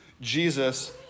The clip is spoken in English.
Jesus